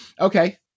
okay